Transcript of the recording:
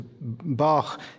Bach